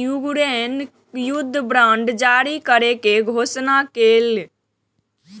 Ukraine युद्ध bond जारी करै के घोषणा केलकैए